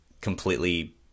completely